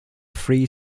three